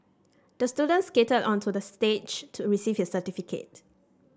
the student skated onto the stage to receive his certificate